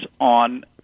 on